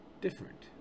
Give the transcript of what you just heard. different